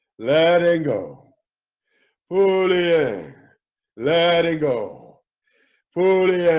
letting go fully let it go fully